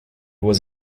was